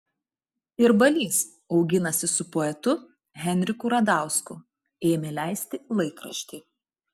ir balys auginasi su poetu henriku radausku ėmė leisti laikraštį